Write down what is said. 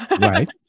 Right